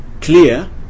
clear